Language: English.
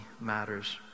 matters